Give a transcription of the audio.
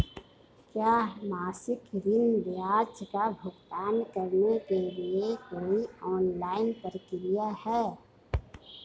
क्या मासिक ऋण ब्याज का भुगतान करने के लिए कोई ऑनलाइन प्रक्रिया है?